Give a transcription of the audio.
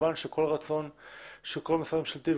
כמובן שכל רצון של כל משרד ממשלתי הוא